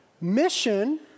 mission